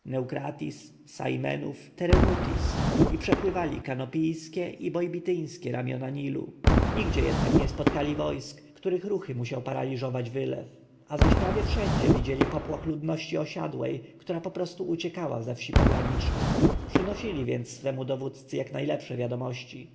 sai menuf terenuthis i przepływali kanopijskie i bolbityńskie ramiona nilu nigdzie jednak nie spotkali wojsk których ruchy musiał paraliżować wylew a zaś prawie wszędzie widzieli popłoch ludności osiadłej która poprostu uciekała ze wsi pogranicznych przynosili więc swemu dowódcy jak najlepsze wiadomości